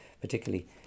particularly